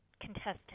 contestant